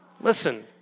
Listen